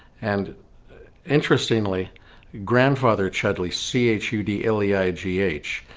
and interestingly grandfather chudleigh, c h u d l e i g h,